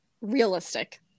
realistic